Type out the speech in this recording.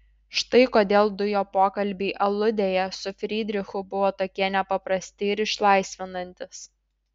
štai kodėl du jo pokalbiai aludėje su frydrichu buvo tokie nepaprasti ir išlaisvinantys